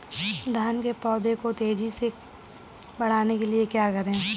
धान के पौधे को तेजी से बढ़ाने के लिए क्या करें?